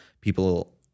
people